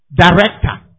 director